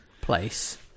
place